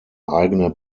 eigene